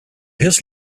his